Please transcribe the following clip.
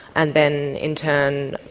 and then in turn,